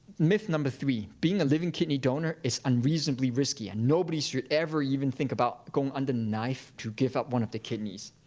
myth number three. being a living kidney donor is unreasonably risky, and nobody should ever even think about going under knife to give up one of their kidneys.